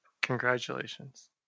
Congratulations